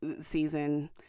season